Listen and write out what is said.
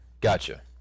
Gotcha